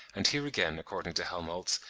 and here again, according to helmholtz,